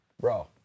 bro